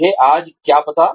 मुझे आज क्या पता